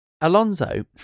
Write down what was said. Alonso